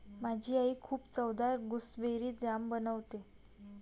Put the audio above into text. माझी आई खूप चवदार गुसबेरी जाम बनवते